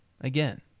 again